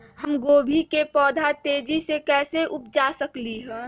हम गोभी के पौधा तेजी से कैसे उपजा सकली ह?